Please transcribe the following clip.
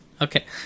Okay